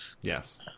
yes